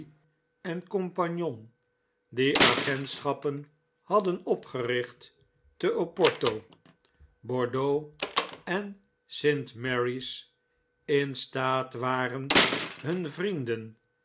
die agentschappen hadden opgericht te oporto bordeaux en st mary's in staat waren hun vrienden